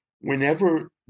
Whenever